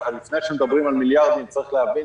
לפני שמדברים על מיליארדים צריך להבין